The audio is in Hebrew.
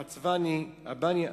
החצבני, הבניאס,